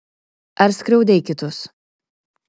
ar skriaudei kitus